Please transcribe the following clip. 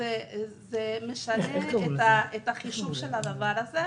זה משנה את החישוב של הדבר הזה,